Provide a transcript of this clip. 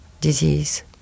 disease